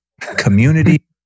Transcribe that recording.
community